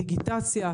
דיגיטציה,